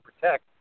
protect